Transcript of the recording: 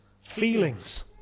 feelings